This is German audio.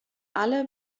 alle